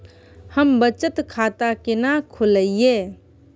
हम बचत खाता केना खोलइयै?